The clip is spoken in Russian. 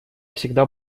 всегда